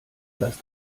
das